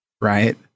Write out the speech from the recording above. Right